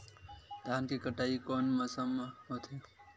धान के कटाई कोन मौसम मा होथे?